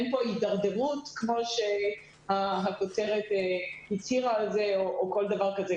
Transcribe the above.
אין פה הידרדרות כמו שהכותרת הצהירה על זה או כל דבר כזה.